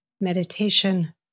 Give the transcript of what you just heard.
meditation